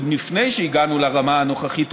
עוד לפני שהגענו לרמה הנוכחית,